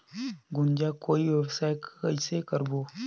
गुनजा कौन व्यवसाय कइसे करबो?